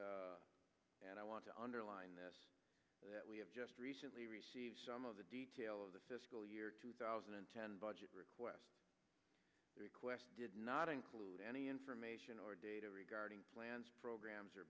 you and i want to underline this that we have just recently received some of the detail of the fiscal year two thousand and ten budget request request did not include any information or data regarding plans programs or